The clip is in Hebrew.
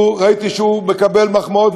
ראיתי שהוא מקבל מחמאות,